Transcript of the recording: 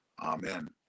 Amen